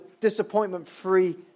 disappointment-free